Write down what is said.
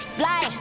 fly